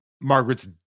Margaret's